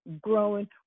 growing